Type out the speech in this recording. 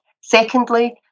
Secondly